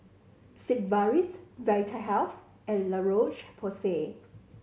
Sigvaris Vitahealth and La Roche Porsay